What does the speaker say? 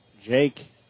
Jake